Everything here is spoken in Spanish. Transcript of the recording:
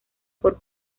por